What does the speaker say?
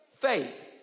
faith